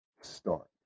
start